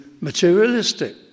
materialistic